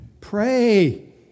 Pray